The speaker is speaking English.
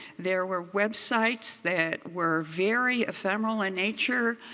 there were websites that were very ephemeral in nature.